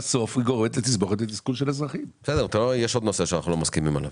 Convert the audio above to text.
אתה רואה, יש עוד נושא שאנחנו לא מסכימים עליו.